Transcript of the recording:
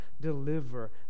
deliver